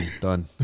Done